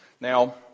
Now